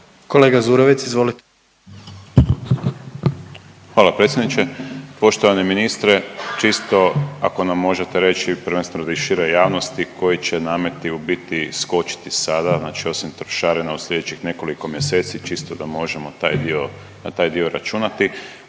**Zurovec, Dario (Fokus)** Hvala predsjedniče. Poštovani ministre, čisto ako nam možete reći prvenstveno i široj javnosti koji nameti u biti skočiti sada, znači osim trošarina u sljedećih nekoliko mjeseci čisto da možemo na taj dio računati.